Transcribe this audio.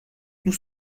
nous